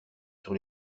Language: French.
sur